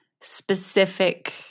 specific